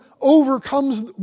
overcomes